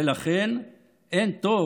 ולכן אין טוב